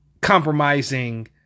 Compromising